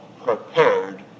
prepared